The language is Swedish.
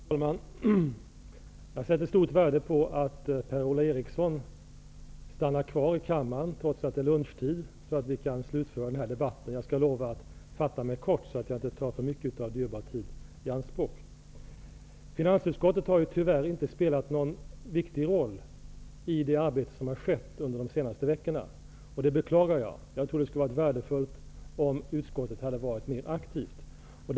Herr talman! Jag sätter stort värde på att Per-Ola Eriksson stannar kvar i kammaren trots att det är lunchtid, så att vi kan slutföra den här debatten. Jag lovar att fatta mig kort, så att jag inte tar för mycket av dyrbar tid i anspråk. Finansutskottet har tyvärr inte spelat någon viktig roll i det arbete som har skett under de senaste veckorna. Det beklagar jag -- jag tror att det skulle ha varit värdefullt om utskottet hade varit mer aktivt.